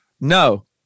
No